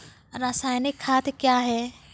रसायनिक खाद कया हैं?